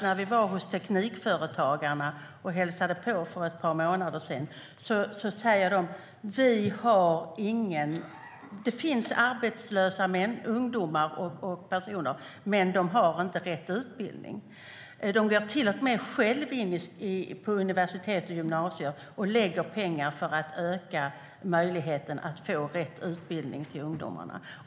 När vi var hos Teknikföretagen och hälsade på för ett par månader sedan sa de att det finns många ungdomar och andra personer som är arbetslösa men saknar rätt utbildning. De går till och med själva in på universitet och gymnasier och lägger pengar för att öka möjligheten att få rätt utbildning till ungdomarna.